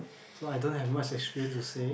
so I don't have much experience to say